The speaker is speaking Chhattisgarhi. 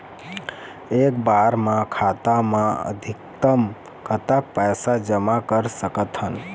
एक बार मा खाता मा अधिकतम कतक पैसा जमा कर सकथन?